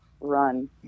run